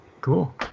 Cool